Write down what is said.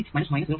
3 0